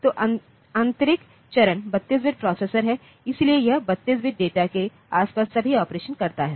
तो आंतरिक चरण 32 बिट प्रोसेसर है इसलिए यह 32 बिट डेटा के आसपास सभी ऑपरेशन करता है